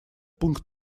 пункт